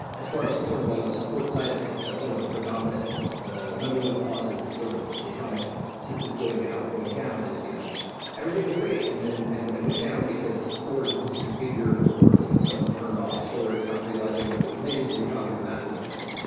as far as sort of on the support side of things, that's one of the predominant ah number one causes of sort of datomic systems going out or going down is, you know everything was great, and then and then it went down because storage was was configured or you know someone turned off storage not realizing that it was related to datomic or that sort of thing.